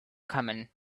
common